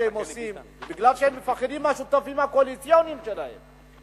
בגלל שהם מפחדים מהשותפים הקואליציוניים שלהם,